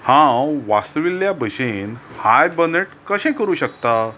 हांव वांस्वेला भशेन हायबर्नेट कशें करूंक शकतां